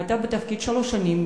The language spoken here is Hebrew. היתה בתפקיד שלוש שנים,